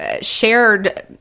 Shared